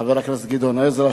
חבר הכנסת גדעון עזרא,